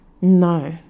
No